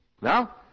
Now